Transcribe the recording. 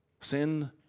Sin